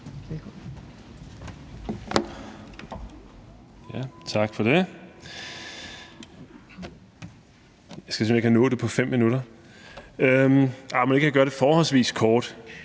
Tak for det. Jeg skal se, om jeg kan nå det på 5 minutter, men mon ikke jeg kan gøre det forholdsvis kort.